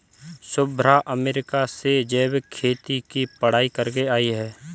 Shubhra America से जैविक खेती की पढ़ाई करके आई है